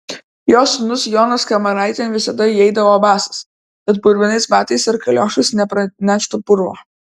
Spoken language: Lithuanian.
jos sūnus jonas kamaraitėn visada įeidavo basas kad purvinais batais ar kaliošais neprineštų purvo